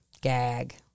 gag